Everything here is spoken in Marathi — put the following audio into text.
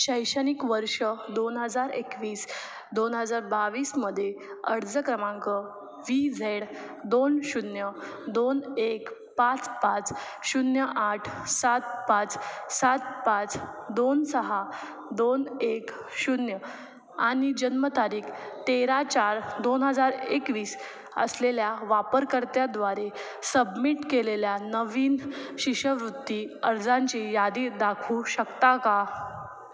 शैक्षणिक वर्ष दोन हजार एकवीस दोन हजार बावीसमध्ये अर्ज क्रमांक वी झेड दोन शून्य दोन एक पाच पाच शून्य आठ सात पाच सात पाच दोन सहा दोन एक शून्य आणि जन्मतारीख तेरा चार दोन हजार एकवीस असलेल्या वापरकर्त्याद्वारे सबमिट केलेल्या नवीन शिष्यवृत्ती अर्जाची यादी दाखवू शकता का